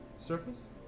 surface